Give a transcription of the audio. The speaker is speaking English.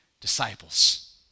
disciples